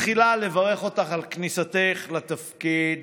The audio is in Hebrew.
ותחילה לברך אותך על כניסתך לתפקיד